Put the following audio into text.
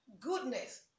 Goodness